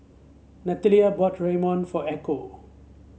Nathalia bought Ramyeon for Echo